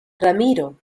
ramiro